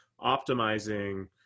optimizing